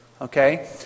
okay